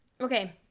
okay